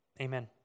Amen